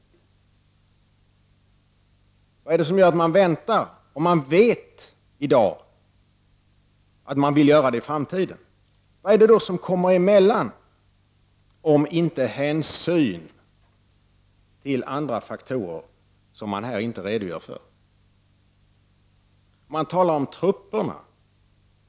Vad är det som gör att man väntar om man i dag vet att man vill göra ett erkännande i framtiden? Vad är det då som kommer emellan om inte hänsyn till andra faktorer, som man här inte redogör för? Man talar om trupperna.